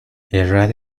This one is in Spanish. errar